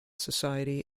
society